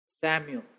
Samuel